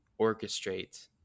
orchestrate